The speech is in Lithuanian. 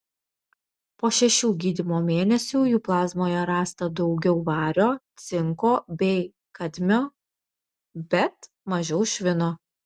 po šešių gydymo mėnesių jų plazmoje rasta daugiau vario cinko bei kadmio bet mažiau švino